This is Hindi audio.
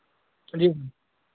जी